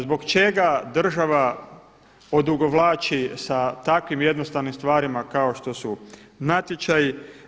Zbog čega država odugovlači s takvim jednostavnim stvarima kao što su natječaji?